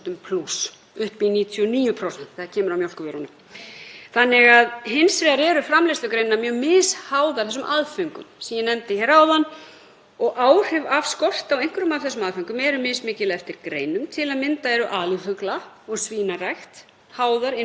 áhrif af skorti á einhverjum af þessum aðföngum eru mismikil eftir greinum. Til að mynda eru alifugla- og svínarækt háðar innfluttu fóðri. Slíkur skortur myndi ekki hafa áhrif á lambakjötsframleiðslu. Þetta þurfum við því að setja niður fyrir okkur: Hversu háðar eru greinarnar